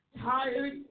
Tired